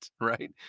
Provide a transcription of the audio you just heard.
right